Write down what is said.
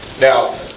Now